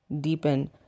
deepen